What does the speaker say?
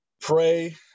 pray